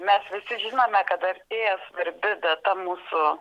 mes visi žinome kad artėja svarbi data mūsų